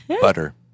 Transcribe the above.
Butter